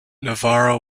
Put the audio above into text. navarro